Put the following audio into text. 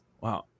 Wow